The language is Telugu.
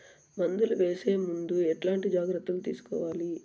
మందులు వేసే ముందు ఎట్లాంటి జాగ్రత్తలు తీసుకోవాలి?